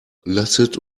lasset